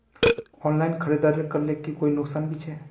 Online खरीदारी करले कोई नुकसान भी छे?